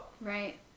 Right